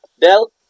Del